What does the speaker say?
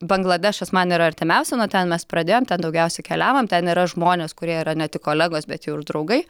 bangladešas man yra artimiausia nuo ten mes pradėjom daugiausia keliavom ten yra žmonės kurie yra ne tik kolegos bet jau ir draugai